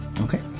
Okay